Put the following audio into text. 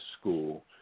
school